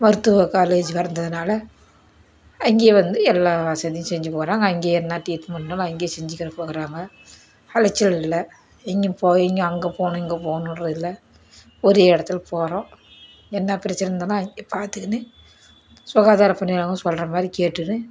மருத்துவ காலேஜ் வர்ந்ததுனால அங்கேயே வந்து எல்லா வசதியும் செஞ்சு போகிறாங்க அங்கேயே என்ன ட்ரீட்மெண்ட்னாலும் அங்கேயே செஞ்சுக்கிற போகிறாங்க அலைச்சல் இல்லை எங்கேயும் போக இங்கேயும் அங்கே போகணும் இங்கே போகணுன்ற இல்லை ஒரே இடத்துல் போகிறோம் என்ன பிரச்சின் இருந்தாலும் அங்கேயே பார்த்துக்கினு சுகாதார பணியாளர்கள் சொல்கிற மாதிரி கேட்டுனு